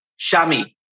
Shami